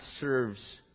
serves